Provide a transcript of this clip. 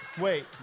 wait